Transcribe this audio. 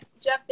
Jeff